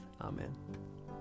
Amen